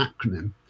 acronym